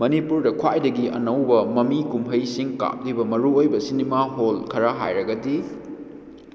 ꯃꯅꯤꯄꯨꯔꯗ ꯈ꯭ꯋꯥꯏꯗꯒꯤ ꯑꯅꯧꯕ ꯃꯃꯤ ꯀꯨꯝꯍꯩꯁꯤꯡ ꯀꯥꯞꯂꯤꯕ ꯃꯔꯨ ꯑꯣꯏꯕ ꯁꯤꯅꯦꯃꯥ ꯍꯣꯜ ꯈꯔ ꯍꯥꯏꯔꯒꯗꯤ